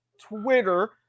Twitter